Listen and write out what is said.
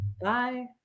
Bye